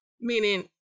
meaning